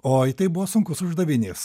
oi tai buvo sunkus uždavinys